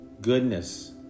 Goodness